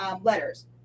letters